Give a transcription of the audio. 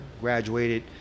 graduated